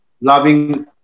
loving